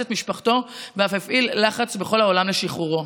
את משפחתו ואף הפעיל לחץ בכל העולם לשחרורו.